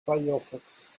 firefox